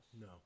No